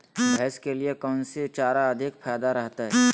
भैंस के लिए कौन सी चारा अधिक फायदा करता है?